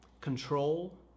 Control